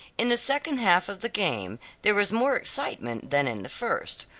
in the second half of the game there was more excitement than in the first.